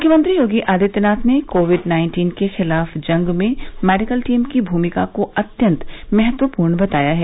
म्ख्यमंत्री योगी आदित्यनाथ ने covid nineteen के खिलाफ जंग में मेडिकल टीम की भूमिका को अत्यंत महत्वपूर्ण बताया है